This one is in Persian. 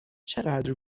چقدر